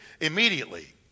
Immediately